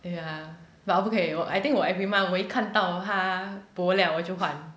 ya lah but 我不可以 I think 我 every month 我一看到它 bo liao 我就换